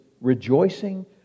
rejoicing